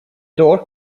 door